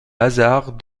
hasard